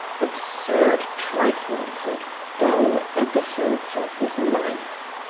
absurd trifles and dull episodes of his life.